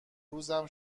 روزم